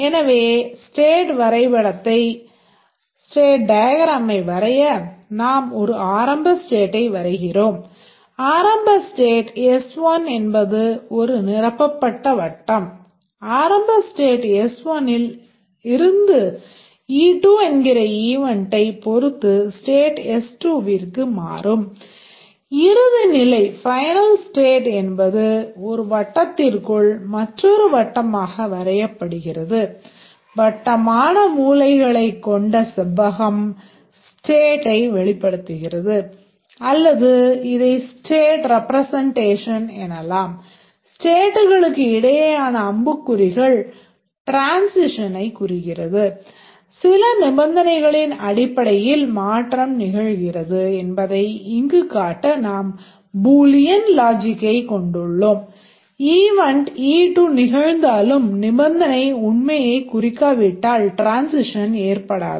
எனவே ஸ்டேட் வரைபடத்தை e2 நிகழ்ந்தாலும் நிபந்தனை உண்மையைக் குறிக்காவிட்டால் டிரான்சிஷன் ஏற்படாது